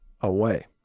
away